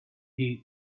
heat